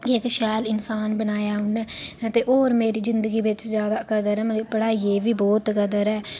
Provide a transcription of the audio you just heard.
मिगी इक शैल इन्सान बनाया उ'नें अते होर मेरी जिंदगी बिच जैदा कदर ऐ मतलब कि पढाई दी बी बहुत कदर ऐ